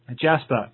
Jasper